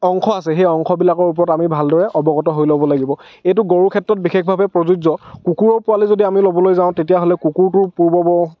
অংশ আছে সেই অংশবিলাকৰ ওপৰত আমি ভালদৰে অৱগত হৈ ল'ব লাগিব এইটো গৰুৰ ক্ষেত্ৰত বিশেষভাৱে প্ৰযোজ্য কুকুৰৰ পোৱালি যদি ল'বলৈ যাওঁ তেতিয়াহ'লে কুকুৰটোৰ পূৰ্বব